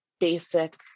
basic